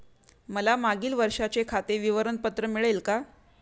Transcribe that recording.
मला मागील वर्षाचे खाते विवरण पत्र मिळेल का?